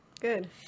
good